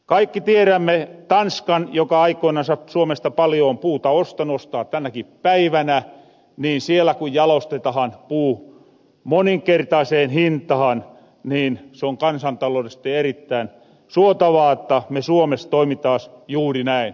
kaikki tierämme tanskan joka aikoinansa suomesta paljon on puuta ostanu ostaa tänäkin päivänä niin siellä kun jalostetahan puu moninkertaaseen hintahan niin se on kansantaloudellisesti erittäin suotavaa jotta me suomes toimitaas juuri näin